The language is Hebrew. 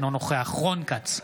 אינו נוכח רון כץ,